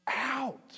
out